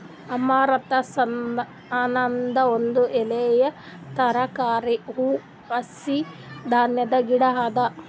amaranthus ಅನದ್ ಒಂದ್ ಎಲೆಯ ತರಕಾರಿ, ಹೂವು, ಹಸಿ ಧಾನ್ಯದ ಗಿಡ ಅದಾ